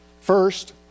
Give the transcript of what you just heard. First